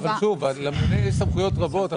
לממונה יש סמכויות רבות.